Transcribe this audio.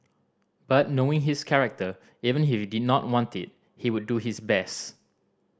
but knowing his character even if he did not want it he would do his best